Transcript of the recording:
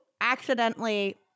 accidentally